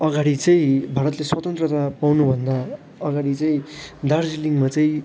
अघाडि चाहिँ भारतले स्वतन्त्रता पाउनुभन्दा अगाडि चाहिँ दार्जिलिङमा चाहिँ